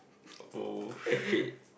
oh